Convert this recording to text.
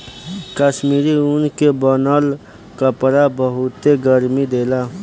कश्मीरी ऊन के बनल कपड़ा बहुते गरमि देला